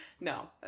No